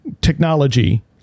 technology